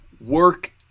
work